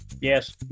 Yes